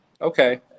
okay